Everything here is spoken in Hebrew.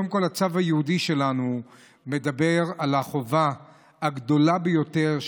הצו היהודי שלנו מדבר על החובה הגדולה ביותר,